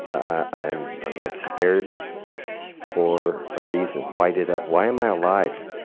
i'm i'm spared for a reason. why did i why am i alive?